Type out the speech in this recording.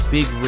Big